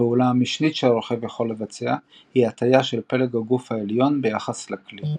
הפעולה המשנית שהרוכב יכול לבצע היא הטיה של פלג הגוף העליון ביחס לכלי.